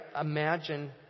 imagine